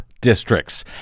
districts